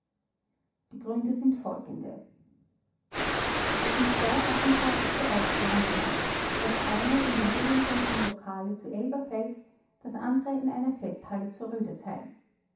die gründe sind folgende es sind zwei attentate zur ausführung gelangt das eine in dem willemsenschen lokale zu elberfeld das andere in einer festhalle zu rüdesheim